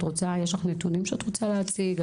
יש לך נתונים שאת רוצה להציג?